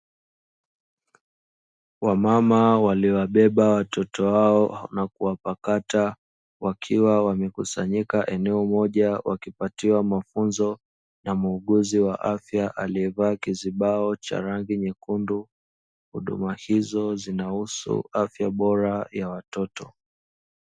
Wamama waliowabeba watoto wao na kuwapakata wakiwa wamekusanyika eneo moja wakipatiwa mafunzo na muuguzi wa afya aliye vaa kizibao cha rangi nyekundu. Huduma hizo zinahusu afya bora ya watoto.